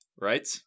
right